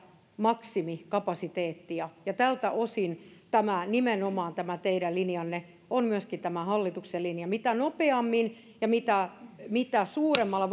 maksimikapasiteettia tältä osin nimenomaan tämä teidän linjanne on myöskin tämän hallituksen linja mitä nopeammin ja mitä mitä suuremmalla